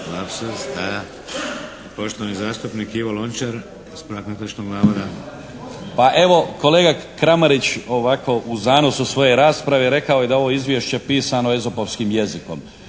Pa evo, kolega Kramarić ovako u zanosu svoje rasprave rekao je da ovo izvješće pisano Ezopovskim jezikom.